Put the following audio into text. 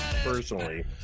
personally